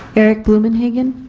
eric blumenhagen